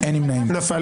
נפל.